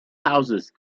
houses